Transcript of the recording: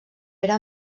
era